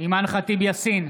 אימאן ח'טיב יאסין,